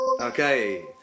Okay